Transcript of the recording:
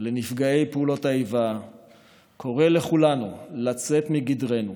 ולנפגעי פעולות האיבה קורא לכולנו לצאת מגדרנו